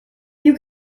you